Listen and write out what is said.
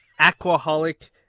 Aquaholic